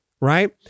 right